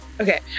okay